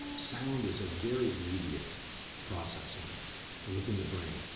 sound is a very immediate processing within the brain.